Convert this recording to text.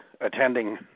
attending –